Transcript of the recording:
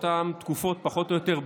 באותן תקופות פחות או יותר,